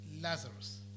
Lazarus